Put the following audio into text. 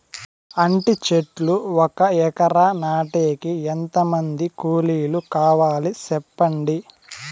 అంటి చెట్లు ఒక ఎకరా నాటేకి ఎంత మంది కూలీలు కావాలి? సెప్పండి?